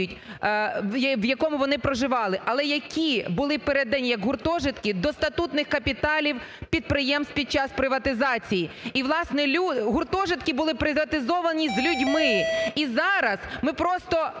в якому вони проживали, але які були передані як гуртожитки до статутних капіталів підприємств під час приватизації. І, власне, гуртожитки були приватизовані з людьми. І зараз ми просто